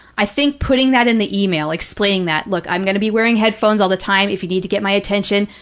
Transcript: i think putting that in the e-mail, explaining that, look, i'm going to be wearing headphones all the time, if you need to get my attention,